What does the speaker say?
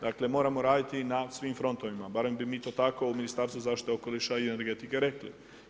Dakle moramo raditi i na svim frontovima, barem bi mi to tako u Ministarstvu zaštite okoliša i energetike rekli.